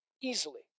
Easily